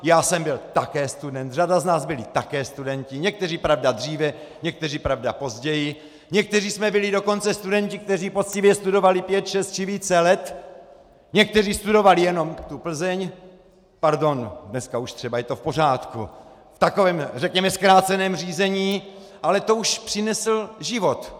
Já jsem byl také student, řada z nás byli také studenti, někteří, pravda, dříve, někteří, pravda, později, někteří jsme byli dokonce studenti, kteří poctivě studovali pět, šest či více let, někteří studovali jenom tu Plzeň pardon, dneska už třeba je to v pořádku v takovém řekněme zkráceném řízení, ale to už přinesl život.